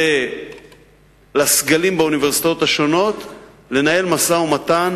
לסגלים באוניברסיטאות לנהל משא-ומתן